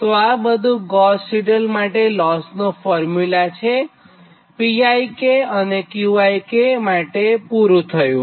તો આ બધું ગોસ સિડલ માટે લોસ ફોર્મ્યુલા અને Pik તથા Qik માટે પુરું થયું